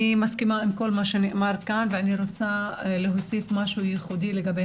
אני מסכימה עם כל מה שנאמר כאן ואני רוצה להוסיף משהו ייחודי ל גבי